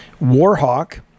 Warhawk